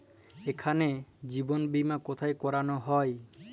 এখানে জীবন বীমা কোথায় করানো হয়?